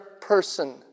person